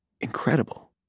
incredible